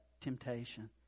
temptation